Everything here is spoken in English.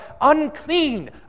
unclean